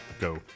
Go